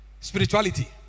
Spirituality